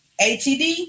ATD